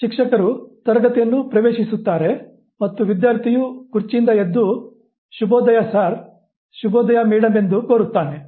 ಶಿಕ್ಷಕರು ತರಗತಿಯನ್ನು ಪ್ರವೇಶಿಸುತ್ತಾರೆ ಮತ್ತು ವಿದ್ಯಾರ್ಥಿಯು ಕುರ್ಚಿಯಿಂದ ಎದ್ದು ಶುಭೋದಯ ಸಾರ್ ಶುಭೋದಯ ಮೇಡಮ್ ಎಂದು ಕೋರುತ್ತಾನೆ